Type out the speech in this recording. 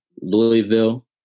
Louisville